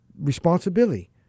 responsibility